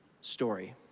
story